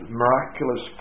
miraculous